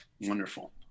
wonderful